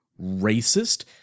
racist